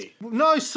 No